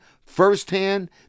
firsthand